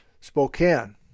Spokane